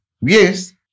yes